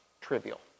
trivial